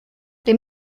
they